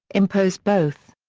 impose both.